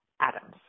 Adams